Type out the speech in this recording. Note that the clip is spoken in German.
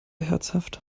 herzhaft